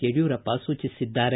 ಯಡಿಯೂರಪ್ಪ ಸೂಚಿಸಿದ್ದಾರೆ